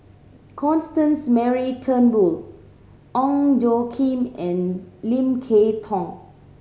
Constance Mary Turnbull Ong Tjoe Kim and Lim Kay Tong